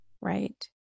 right